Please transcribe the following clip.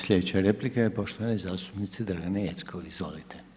Slijedeća replika je poštovane zastupnice Dragane Jeckov, izvolite.